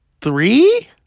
three